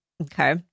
Okay